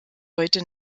heute